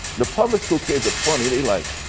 the public school kids are funny, they like,